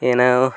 ಏನು